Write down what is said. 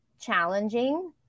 challenging